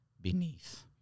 beneath